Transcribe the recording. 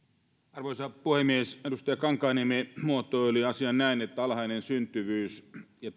arvoisa puhemies edustaja kankaanniemi muotoili asian näin että alhainen syntyvyys ja